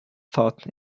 thought